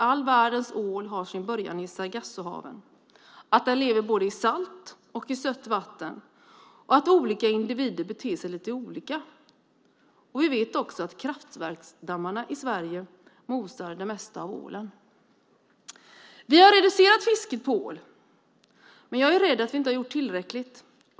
All världens ål har sin början i Saragassohavet. Den lever i både salt och sött vatten, och olika individer beter sig lite olika. Vi vet också att kraftverksdammarna i Sverige mosar det mesta av ålen. Vi har reducerat fisket på ål, men jag är rädd att vi inte har gjort tillräckligt.